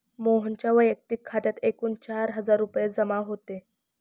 मोहनच्या वैयक्तिक खात्यात एकूण चार हजार रुपये जमा होते